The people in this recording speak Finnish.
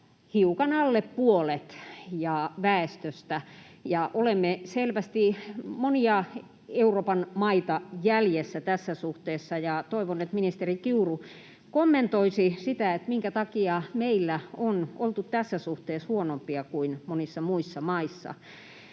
hiukan alle puolet väestöstä ja olemme selvästi monia Euroopan maita jäljessä tässä suhteessa. Toivon, että ministeri Kiuru kommentoisi sitä, minkä takia meillä on oltu tässä suhteessa huonompia kuin monissa muissa maissa.